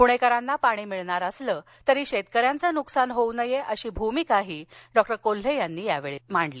पुणेकरांना पाणी मिळणार असलं तरी शेतकऱ्यांचे नुकसान होऊ नये अशी भूमिका डॉक्टर कोल्हे यांनी मांडली